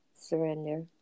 surrender